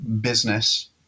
business